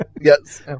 Yes